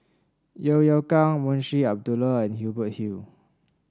Yeo Yeow Kwang Munshi Abdullah and Hubert Hill